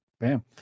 Bam